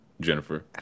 Jennifer